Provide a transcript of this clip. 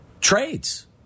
trades